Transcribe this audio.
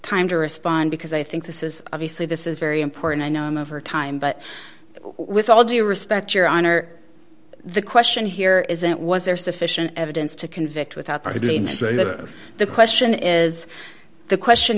time to respond because i think this is obviously this is very important i know him over time but with all due respect your honor the question here isn't was there sufficient evidence to convict without i didn't say that the question is the question